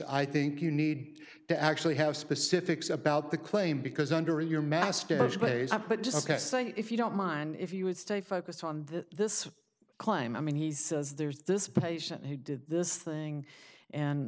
i think you need to actually have specifics about the claim because under your master's place but just saying if you don't mind if you would stay focused on the this clime i mean he says there's this patient who did this thing and